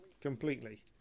completely